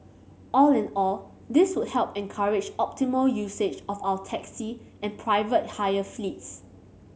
all in all this would help encourage optimal usage of our taxi and private hire fleets